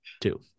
Two